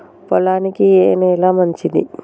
పొలానికి ఏ నేల మంచిది?